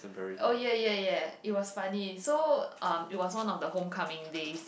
oh ya ya ya it was funny so um it was one of the homecoming days